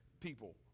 people